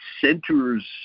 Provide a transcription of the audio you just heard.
centers